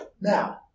Now